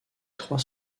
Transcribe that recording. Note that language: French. trois